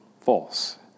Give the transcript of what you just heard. False